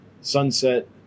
sunset